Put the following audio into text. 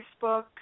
Facebook